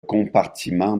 compartiment